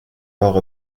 fort